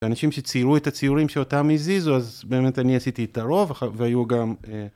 אנשים שציירו את הציורים שאותם הזיזו, אז באמת אני עשיתי את הרוב, והיו גם...